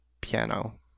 piano